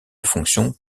fonction